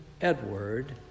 Edward